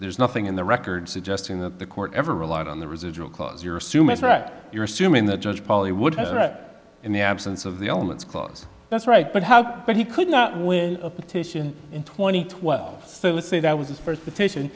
there's nothing in the record suggesting that the court ever relied on the residual clause you're assuming you're assuming the judge probably would have been right in the absence of the elements clause that's right but how but he could not win a petition in twenty twelve so let's say that was his first petition